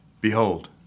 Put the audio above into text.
Behold